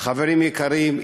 חברים יקרים,